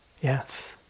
yes